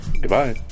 Goodbye